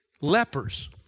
Lepers